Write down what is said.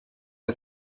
que